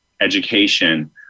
education